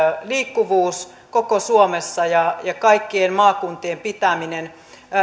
liikkuvuus koko suomessa ja ja kaikkien maakuntien pitäminen